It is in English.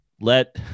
Let